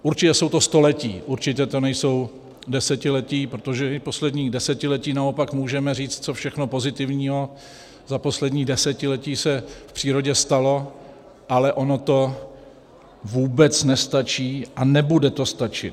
Určitě jsou to staletí, určitě to nejsou desetiletí, protože v posledním desetiletí naopak můžeme říci, co všechno pozitivního za poslední desetiletí se v přírodě stalo, ale ono to vůbec nestačí a nebude to stačit.